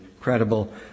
credible